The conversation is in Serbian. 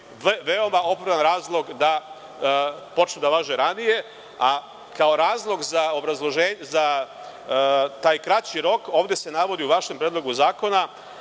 veoma opravdan razlog da počne da važi ranije, a kao razlog za taj kraći rok ovde se navodi u vašem Predlogu zakona